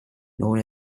known